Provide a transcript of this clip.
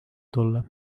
tulla